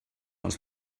els